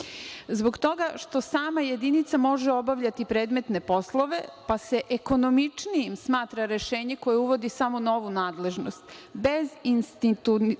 Zbog toga što sama jedinica može obavljati predmetne poslove, pa se ekonomičnijim smatra rešenje koje uvodi samo novu nadležnost,